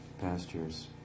pastures